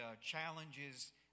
challenges